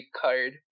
card